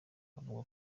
avuga